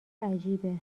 عجیبه